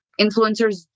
influencers